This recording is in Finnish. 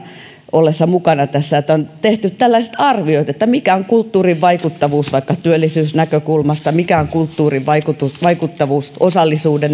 ollessa mukana tässä kun on tehty tällaiset arviot että mikä on kulttuurin vaikuttavuus vaikka työllisyysnäkökulmasta mikä on kulttuurin vaikuttavuus osallisuuden